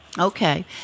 okay